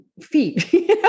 feet